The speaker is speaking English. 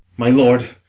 my lord,